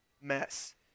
mess